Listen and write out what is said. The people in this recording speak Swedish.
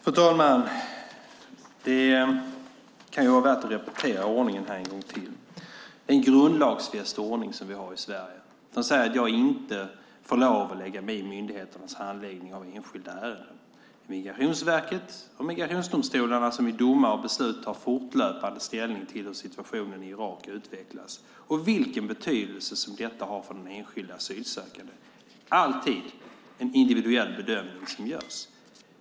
Fru talman! Det kan vara värt att repetera ordningen en gång till. Det finns en grundlagsfäst ordning i Sverige. Den säger att jag inte får lov att lägga mig i myndigheternas handläggning av enskilda ärenden. Migrationsverket och migrationsdomstolarna i domar och beslut tar fortlöpande ställning till hur situationen i Irak utvecklas och vilken betydelse som detta har för den enskilda asylsökande. Det är alltid en individuell bedömning som görs.